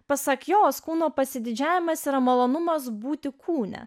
pasak jos kūno pasididžiavimas yra malonumas būti kūne